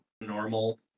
normal